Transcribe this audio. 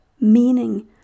meaning